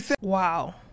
Wow